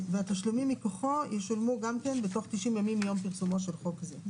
ותשלומים מכוחו ישולמו גם כן בתוך 90 ימים מיום פרסומו של חוק זה.